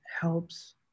helps